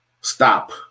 Stop